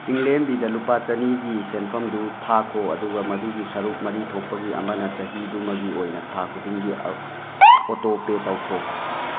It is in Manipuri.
ꯆꯤꯡꯂꯦꯝꯕꯤꯗ ꯂꯨꯄꯥ ꯆꯅꯤꯒꯤ ꯁꯦꯟꯐꯝꯗꯨ ꯊꯥꯈꯣ ꯑꯗꯨꯒ ꯃꯗꯨꯒꯤ ꯁꯔꯨꯛ ꯃꯔꯤ ꯊꯣꯛꯄꯒꯤ ꯑꯃꯅ ꯆꯍꯤꯗꯨꯃꯒꯤ ꯑꯣꯏꯅ ꯊꯥ ꯈꯨꯗꯤꯡꯒꯤ ꯑꯣꯇꯣ ꯄꯦ ꯇꯧꯈꯣ